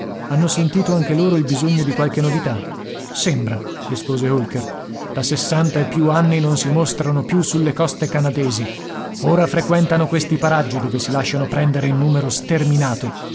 hanno sentito anche loro il bisogno di qualche novità sembra rispose holker da sessanta e più anni non si mostrano più sulle coste canadesi ora frequentano questi paraggi dove si lasciano prendere in numero sterminato